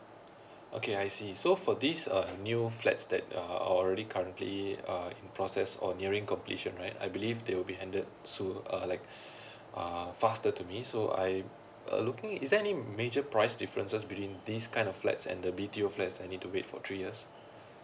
okay I see so for this uh new flats that uh already currently uh in process or nearing completion right I believe they will be handed soon uh like uh faster to me so I uh looking is there any major price differences between these kind of flats and the B_T_O flats that I need to wait for three years